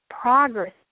progress